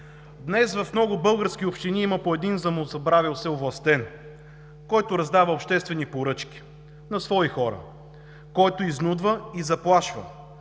Днес в много български общини има по един самозабравил се овластен, който раздава обществени поръчки на свои хора, който изнудва и заплашва.